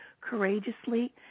courageously